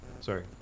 Sorry